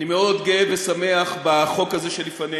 אני מאוד גאה ושמח בחוק הזה שלפנינו,